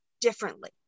differently